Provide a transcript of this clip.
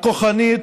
הכוחנית,